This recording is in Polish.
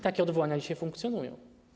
Takie odwołania dzisiaj funkcjonują.